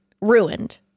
ruined